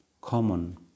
common